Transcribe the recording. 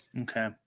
Okay